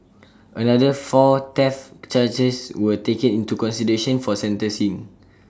another four theft charges were taken into consideration for sentencing